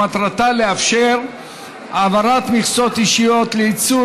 ומטרתה לאפשר העברת מכסות אישיות לייצור